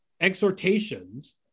exhortations